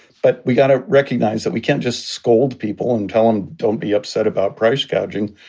but we've got to recognize that we can't just scold people and tell them, don't be upset about price gouging.